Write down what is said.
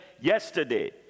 yesterday